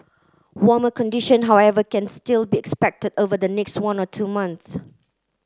warmer condition however can still be expected over the next one or two months